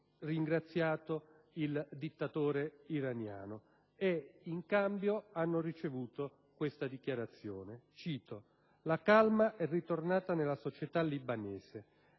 ringraziato il dittatore iraniano e in cambio hanno ricevuto questa dichiarazione: «La